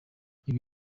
ibi